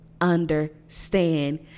understand